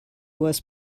was